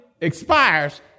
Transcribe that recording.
expires